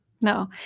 No